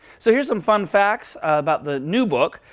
so here's some fun facts about the new book.